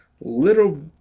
little